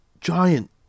giant